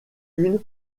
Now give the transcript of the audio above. une